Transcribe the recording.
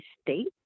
state